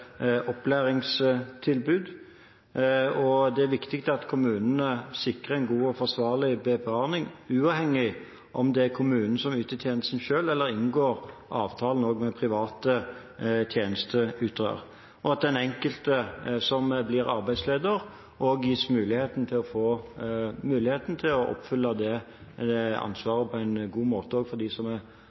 opplæringstilbud, og det er viktig at kommunene sikrer en god og forsvarlig BPA-ordning – uavhengig av om det er kommunen som yter tjenesten selv, eller inngår avtale med private tjenesteutøvere – og at den enkelte, som blir arbeidsleder og jobber i tjenesten, òg gis muligheten til å oppfylle det ansvaret på en god måte. Mitt inntrykk er at dette er noe som